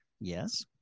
yes